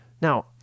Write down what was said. Now